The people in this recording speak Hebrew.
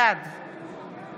בעד